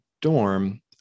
dorm